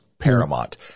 paramount